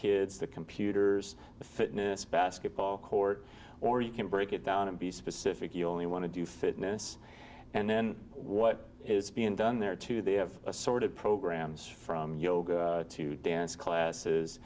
kids the computers the fitness basketball court or you can break it down and be specific you only want to do fitness and then what is being done there too they have a sort of programs from yoga to dance classes